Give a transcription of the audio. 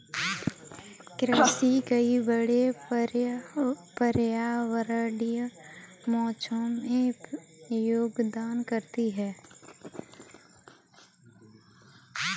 कृषि कई बड़े पर्यावरणीय मुद्दों में योगदान करती है